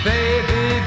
Baby